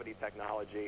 technology